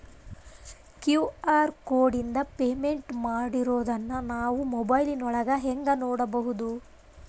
QR ಕೋಡಿಂದ payment ಮಾಡಿರೋದನ್ನ ನಾವು ಮೊಬೈಲಿನೊಳಗ ಹೆಂಗ ನೋಡಬಹುದು?